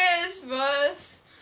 Christmas